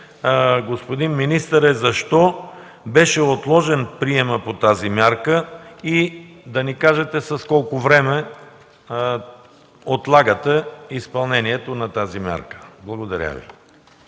господин министър, е защо беше отложен приемът по тази мярка? И да ни кажете за колко време отлагате изпълнението на тази мярка. Благодаря.